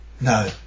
no